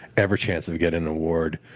ever chance of getting an award.